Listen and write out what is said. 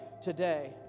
today